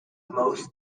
most